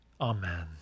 Amen